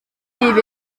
fydd